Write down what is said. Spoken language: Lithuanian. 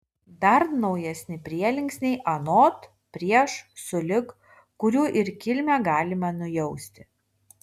dar naujesni prielinksniai anot prieš sulig kurių ir kilmę galima nujausti